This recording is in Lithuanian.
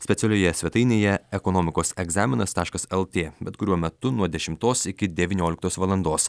specialioje svetainėje ekonomikos egzaminas taškas lt bet kuriuo metu nuo dešimtos iki devynioliktos valandos